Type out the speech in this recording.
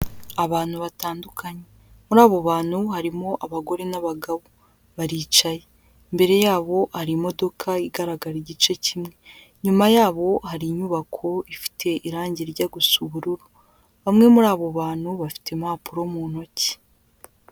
Abantu batandukanye. Muri abo bantu, harimo abagore n'abagabo. Baricaye. Imbere yabo, hari imodoka igaragara igice kimwe. Inyuma yabo, hari inyubako ifite irange rijya gusa ubururu. Bamwe muri abo bantu, bafite impapuro mu ntoki.